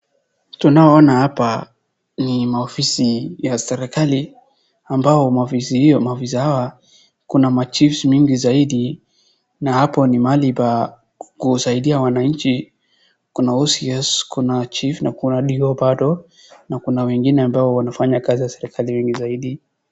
Tunao ona hapa ni maofisi ya serikali. Ambao maofisi hiyo maofisa hawa ma chief mingi zaidi .Na hapo ni mahali pa kusaidia wananchi. Kuna OCS kuna chief na kuna D.O bado na kuna wengine ambao wanafanya kazi ya serikali yenye zaidi.